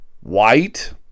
white